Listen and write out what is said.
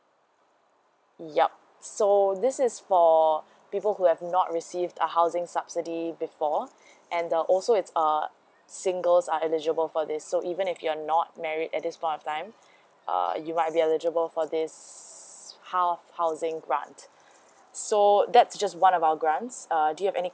yup so this is for people who have not received a housing subsidy before and the also it's uh singles are eligible for this so even if you're not married at this point of time uh you might be eligible for this hou~ housing grants so that's just one about grants err do you have any